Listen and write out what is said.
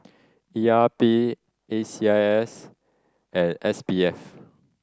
E R P A C I S and S B F